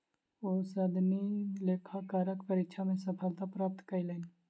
ओ सनदी लेखाकारक परीक्षा मे सफलता प्राप्त कयलैन